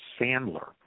Sandler